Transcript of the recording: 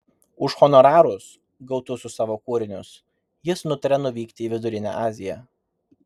už honorarus gautus už savo kūrinius jis nutarė nuvykti į vidurinę aziją